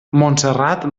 montserrat